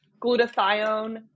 glutathione